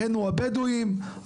אחינו הבדואים,